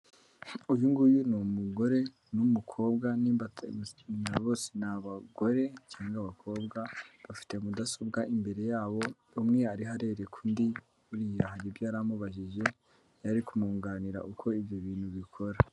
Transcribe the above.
Uyu nguyu ni umugore n'umukobwa aba bosi ni abagore cyangwa abakobwa bafite mudasobwa imbere yabo, umwe ariho arereka undi buriya hari ibyo yari amubajije yarari kumwunganira uko ibyo bintu bikora.